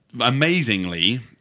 amazingly